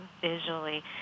visually